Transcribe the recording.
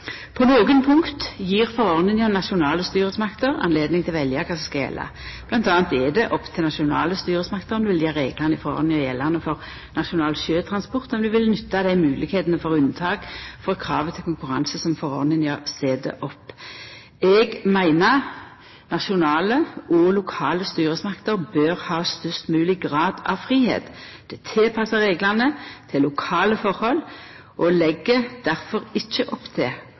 punkt gjev forordninga nasjonale styresmakter høve til å velja kva som skal gjelda. Mellom anna er det opp til nasjonale styresmakter om dei vil gjera reglane i forordninga gjeldande for nasjonal sjøtransport og om dei vil nytta dei moglegheitene for unntak frå kravet til konkurranse som forordninga set opp. Eg meiner nasjonale og lokale styresmakter bør ha størst mogleg grad av fridom til å tilpassa reglane til dei lokale tilhøva, og legg difor ikkje opp til